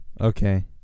Okay